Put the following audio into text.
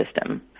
system